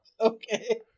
Okay